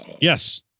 Yes